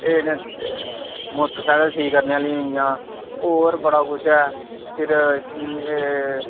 एह् ना मोटरसाइकल ठीक करने आह्लियां होई गेइयां होर बड़ा कुछ ऐ फिर एह्